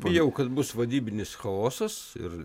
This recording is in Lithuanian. bijau kad bus vadybinis chaosas ir